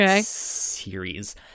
series